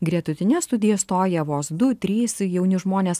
gretutines studijas stoja vos du trys jauni žmonės